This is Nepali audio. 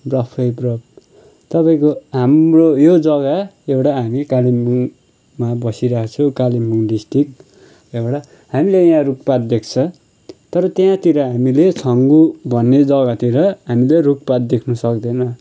बरफै बरफ तपाईँको हाम्रो यो जग्गा एउटा हामी कालेबुङमा बसिरहेछु कालेबुङ डिस्ट्रिक्ट त्यहाँबाट हामीले यहाँ रुखपात देख्छ तर त्यहाँतिर हामीले छङ्गु भन्ने जग्गातिर हामीले रुखपात देख्नु सक्दैनौँ